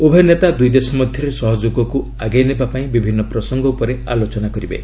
ଉଭୟ ନେତା ଦୁଇଦେଶ ମଧ୍ୟରେ ସହଯୋଗକୁ ଆଗେଇନେବା ପାଇଁ ବିଭିନ୍ନ ପ୍ରସଙ୍ଗ ଉପରେ ଆଲୋଚନା କରିବେ